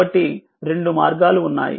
కాబట్టి రెండు మార్గాలు ఉన్నాయి